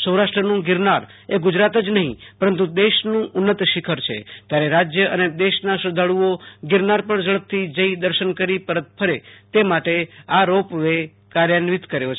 સૌરાષ્ટ્રનું ગિરનાર એ ગુજરાત જ નેફી પરંતુ દેશનું ઉન્નત શિખર છે ત્યારે રાજ્ય અને દેશના શ્રદ્વાળુઓ ગિરનાર પૂર ઝડેપથી જઈ દર્શન કરી પરત ફરે તે માટે આ રોપ વે કાર્યાન્વિત કર્યો છે